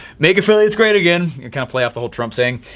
make affiliates great again, you can't play off the whole trump saying,